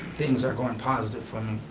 things are going positive for me,